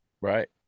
Right